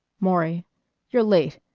maury you're late.